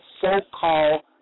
so-called